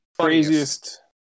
craziest